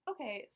Okay